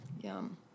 Yum